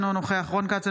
אינו נוכח רון כץ,